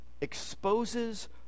Exposes